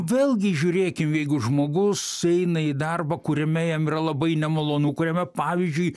vėlgi žiūrėkim jeigu žmogus eina į darbą kuriame jam yra labai nemalonu kuriame pavyzdžiui